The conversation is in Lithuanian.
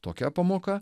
tokia pamoka